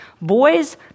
boys